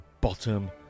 bottom